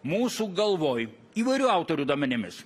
mūsų galvoj įvairių autorių duomenimis